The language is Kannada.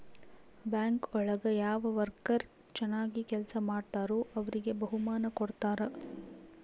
ಬ್ಯಾಂಕ್ ಒಳಗ ಯಾವ ವರ್ಕರ್ ಚನಾಗ್ ಕೆಲ್ಸ ಮಾಡ್ತಾರೋ ಅವ್ರಿಗೆ ಬಹುಮಾನ ಕೊಡ್ತಾರ